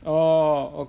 orh o~